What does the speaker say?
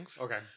Okay